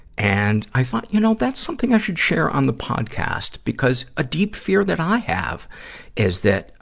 and, i thought, you know, that's something i should share on the podcast, because a deep fear that i have is that,